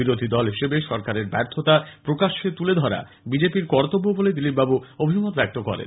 বিরোধী দল হিসেবে সরকারের ব্যর্থতা প্রকাশ্যে তুলে ধরা বিজেপি র কর্তব্য বলে দিলীপবাবু অভিমত ব্যক্ত করেন